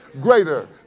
greater